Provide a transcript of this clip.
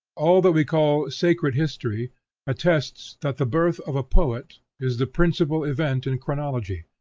all that we call sacred history attests that the birth of a poet is the principal event in chronology.